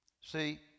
See